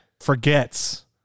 forgets